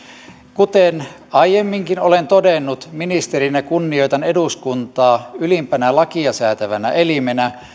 kuten aiemminkin olen todennut ministerinä kunnioitan eduskuntaa ylimpänä lakia säätävänä elimenä